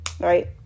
right